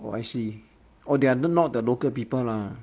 oh I see orh they are not the local people lah